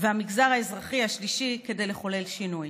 ובין המגזר האזרחי השלישי כדי לחולל שינוי.